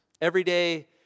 Everyday